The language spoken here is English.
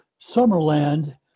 Summerland